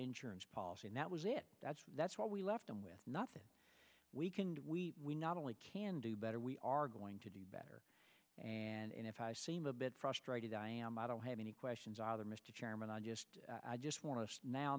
insurance policy and that was it that's that's what we left him with nothing we can do we we not only can do better we are going to do better and if i seem a bit frustrated i am i don't have any questions either mr chairman i just i just want to now